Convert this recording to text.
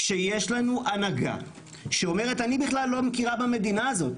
כשיש לנו הנהגה שאומרת - אני בכלל לא מכירה במדינה הזאת.